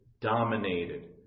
Dominated